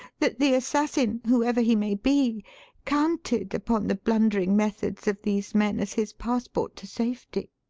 that the assassin, whoever he maybe, counted upon the blundering methods of these men as his passport to safety.